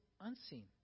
unseen